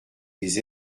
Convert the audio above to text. des